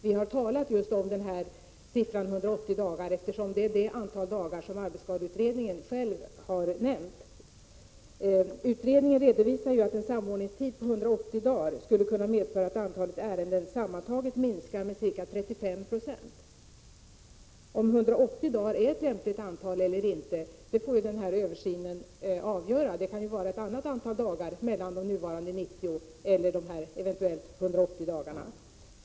Vi har talat om just siffran 180 dagar, eftersom det är det antal dagar som arbetsskadeutredningen har nämnt. Utredningen redovisar ju att en samordningstid på 180 dagar skulle kunna medföra att antalet ärenden sammantaget minskar med ca 35 26. Om 180 dagar är ett lämpligt antal dagar eller inte får översynen utvisa. Det kanske skall vara ett annat antal dagar mellan de nuvarande 90 och de föreslagna 180.